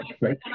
right